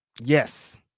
yes